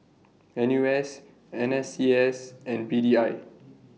N U S N S C S and P D I